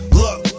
look